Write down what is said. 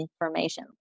information